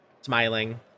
smiling